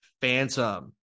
Phantom